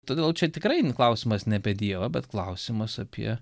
todėl čia tikrai klausimas ne apie dievą bet klausimas apie